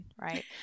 right